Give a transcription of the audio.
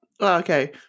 Okay